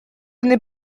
n’est